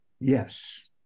Yes